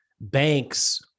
banks